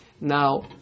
Now